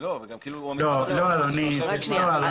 רק שנייה,